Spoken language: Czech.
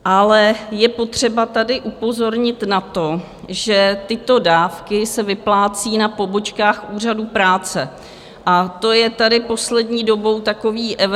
Ale je potřeba tady upozornit na to, že tyto dávky se vyplácí na pobočkách Úřadu práce, a to je tady poslední dobou takový evergreen.